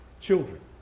children